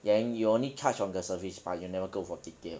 then you only touch on the surface but you never go for detail